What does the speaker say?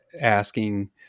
asking